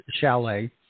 chalet